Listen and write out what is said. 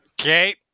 Okay